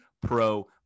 pro